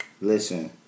Listen